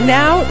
now